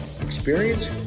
experience